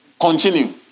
Continue